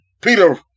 Peter